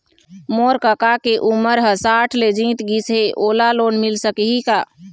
मोर कका के उमर ह साठ ले जीत गिस हे, ओला लोन मिल सकही का?